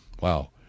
wow